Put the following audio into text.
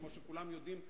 כמו שכולם יודעים,